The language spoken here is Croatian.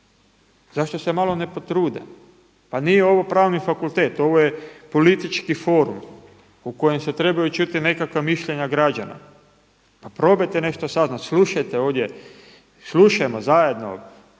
Zašto se malo ne potrude. Pa nije ovo pravni fakultet ovo je politički forum u kojem se trebaju čuti nekakva mišljenja građana. Pa probajte nešto saznati, slušajte ovdje, slušajmo zajedno